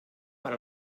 per